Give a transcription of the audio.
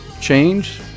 change